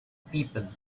people